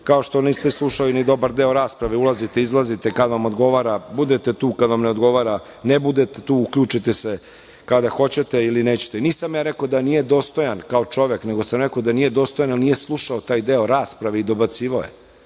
kao što niste slušali ni dobar deo rasprave, ulazite, izlazite, kada vam odgovara, budete tu kada vam ne odgovara, ne budete tu, uključite se kada hoćete ili nećete. Nisam ja rekao da nije dostojan kao čovek, nego sam rekao da nije dostojan, jer nije slušao taj deo rasprave i dobacivao je,